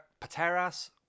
Pateras